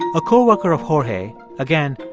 a co-worker of jorge again,